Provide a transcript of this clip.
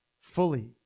fully